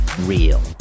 real